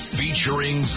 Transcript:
featuring